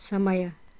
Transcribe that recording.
समय